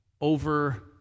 over